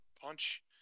Punch